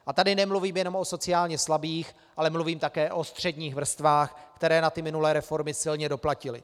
A tady nemluvím jenom o sociálně slabých, ale mluvím také o středních vrstvách, které na ty minulé reformy velmi silně doplatily.